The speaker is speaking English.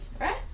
right